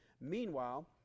Meanwhile